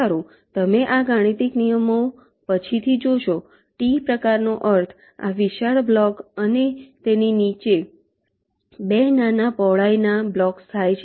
સારું તમે આ ગાણિતીક નિયમો પછીથી જોશો T પ્રકારનો અર્થ આ વિશાળ બ્લોક અને તેની નીચે 2 નાના પહોળાઈના બ્લોક્સ થાય છે